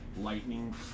lightning